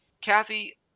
Kathy